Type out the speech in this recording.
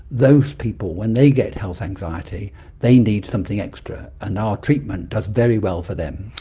those people, when they get health anxiety they need something extra, and our treatment does very well for them.